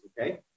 okay